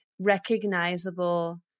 Recognizable